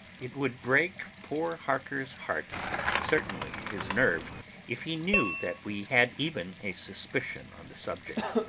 it would break poor harker's heart certainly his nerve if he knew that we had even a suspicion on the subject.